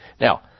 Now